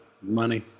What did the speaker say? money